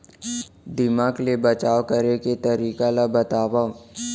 दीमक ले बचाव करे के तरीका ला बतावव?